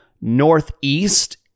northeast